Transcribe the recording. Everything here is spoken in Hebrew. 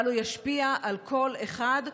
אבל הוא ישפיע על כל אחד,